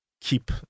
keep